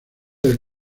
del